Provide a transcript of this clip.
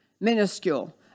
minuscule